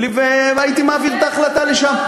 והייתי מעביר את ההחלטה לשם,